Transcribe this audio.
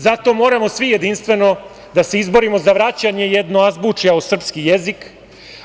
Zato moramo svi jedinstveno da se izborimo za vraćanje jednoazbučja u srpski jezik,